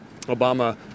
Obama